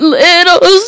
little